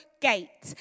gate